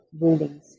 rulings